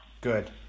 Good